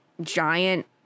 giant